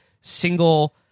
single